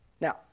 Now